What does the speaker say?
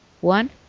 one